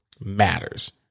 matters